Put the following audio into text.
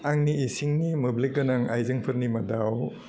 आंनि इसिंनि मोब्लिब गोनां आइजेंफोरनि मादाव